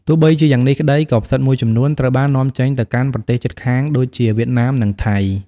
ទោះបីជាយ៉ាងនេះក្តី ក៏ផ្សិតមួយចំនួនត្រូវបាននាំចេញទៅកាន់ប្រទេសជិតខាងដូចជា វៀតណាម និងថៃ។